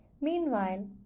meanwhile